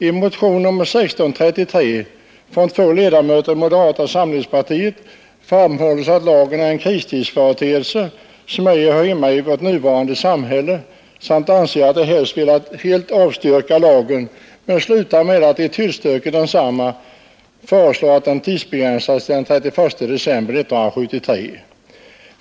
I motionen 1633 från två ledamöter i moderata samlingspartiet framhålles att lagen är en kristidsföreteelse, som ej hör hemma i vårt nuvarande samhälle. Motionärerna säger att de helst hade velat helt avstyrka lagen men slutar med att tillstyrka densamma. De föreslår dock att den tidsbegränsas till den 31 december 1973.